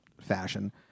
fashion